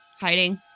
hiding